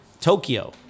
Tokyo